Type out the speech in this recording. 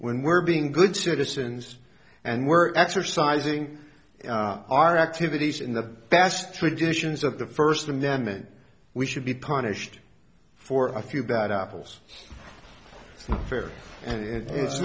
when we're being good citizens and we're exercising our activities in the best traditions of the first amendment we should be punished for a few bad apples fair and it's